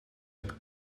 met